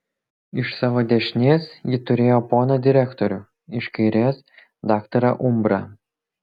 iš savo dešinės ji turėjo poną direktorių iš kairės daktarą umbrą